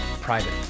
private